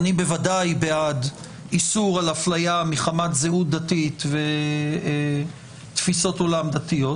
אני בוודאי בעד איסור על הפליה מחמת זהות דתית ותפיסות עולם דתיות,